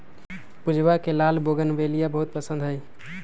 पूजवा के लाल बोगनवेलिया बहुत पसंद हई